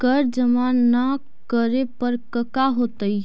कर जमा ना करे पर कका होतइ?